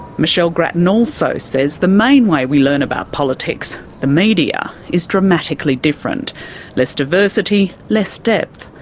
michelle grattan also says the main way we learn about politics the media is dramatically different less diversity, less depth,